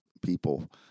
people